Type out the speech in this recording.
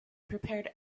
prepared